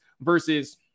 versus